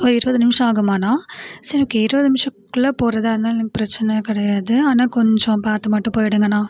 ஒரு இருபாது நிமிஷம் ஆகுமாண்ணா சரி ஓகே இருபது நிமிஷத்துக்குள்ள போகிறதா இருந்தால் எனக்கு பிரச்சனை கிடையாது ஆனால் கொஞ்சம் பார்த்து மட்டும் போய்டுங்கண்ணா